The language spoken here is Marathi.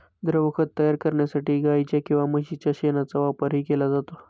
द्रवखत तयार करण्यासाठी गाईच्या किंवा म्हशीच्या शेणाचा वापरही केला जातो